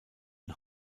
und